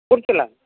கொடுத்துட்லாங்க